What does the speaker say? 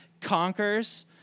conquers